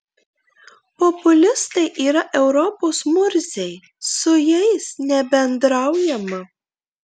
populistai yra europos murziai su jais nebendraujama